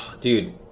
Dude